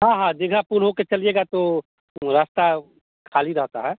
हाँ हाँ दीघापुर होकर चलिएगा तो वह रास्ता खाली रहता है